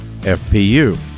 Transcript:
FPU